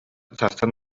сарсын